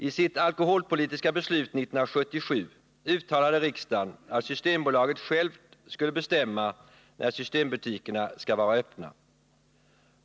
I sitt alkoholpolitiska beslut 1977 uttalade riksdagen att Systembolaget självt skulle bestämma när systembutikerna skall vara öppna.